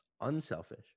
unselfish